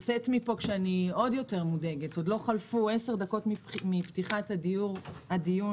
עוד לא חלפו 10 דקות מפתיחת הדיון